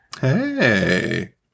hey